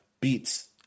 beats